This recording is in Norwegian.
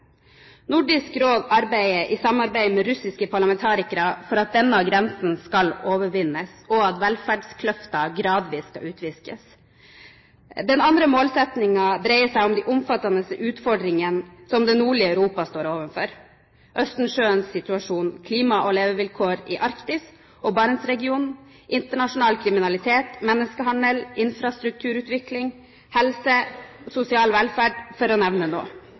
Nordisk Råd arbeider, i samarbeid med russiske parlamentarikere, for at denne grensen skal overvinnes, og for at velferdskløften gradvis skal utviskes. Den andre målsettingen dreier seg om de omfattende utfordringene som det nordlige Europa står overfor: Østersjøens situasjon, klima og levevilkår i Arktis og Barentsregionen, internasjonal kriminalitet, menneskehandel, infrastrukturutvikling, helse, sosial velferd, for å nevne